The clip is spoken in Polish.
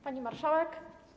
Pani Marszałek!